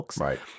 Right